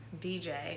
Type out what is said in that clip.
DJ